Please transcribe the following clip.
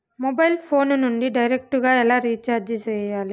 mobile phone నుండి direct గా ఎలా రీచార్జి సేయాలి